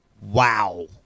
Wow